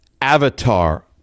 avatar